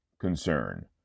concern